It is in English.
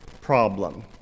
problem